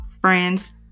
friends